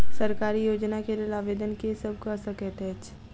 सरकारी योजना केँ लेल आवेदन केँ सब कऽ सकैत अछि?